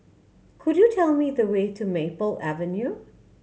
could you tell me the way to Maple Avenue